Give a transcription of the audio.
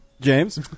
James